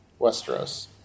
Westeros